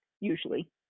usually